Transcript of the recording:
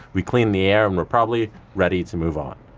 we cleaned the air and we're probably ready to move on.